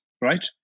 right